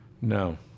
No